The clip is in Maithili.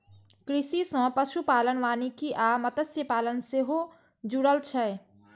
कृषि सं पशुपालन, वानिकी आ मत्स्यपालन सेहो जुड़ल छै